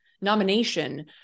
nomination